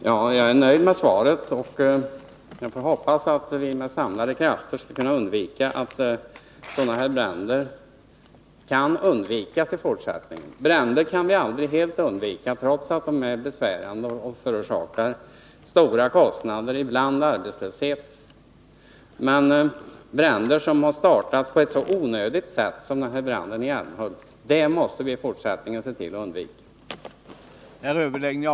Herr talman! Jag är nöjd med svaret. Jag får hoppas att vi med gemensamma krafter skall kunna se till att sådana här bränder i fortsättningen kan undvikas. Bränder kan vi aldrig helt undvika. trots att de är besvärande och förorsakar kostnader och ibland arbetslöshet. Men bränder som har startats på ett så onödigt sätt som branden i Älmhult måste vi i fortsättningen se till att undvika.